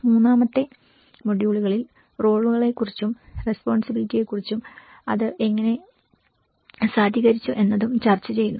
മൂന്നാമത്തെ മൊഡ്യൂളിൽ റോളുകളെക്കുറിച്ചും റെസ്പോണ്സിബിലിറ്റിയെക്കുറിച്ചും അത് എങ്ങനെ സാധൂകരിച്ചു എന്നതും ചർച്ച ചെയ്തു